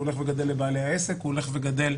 וגם לגבי הסכומים שהוכנסו בחוק ב-2019 וגם לגבי